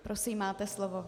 Prosím, máte slovo.